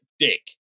Dick